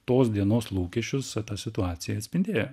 tos dienos lūkesčius ta situacija atspindėjo